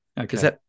Okay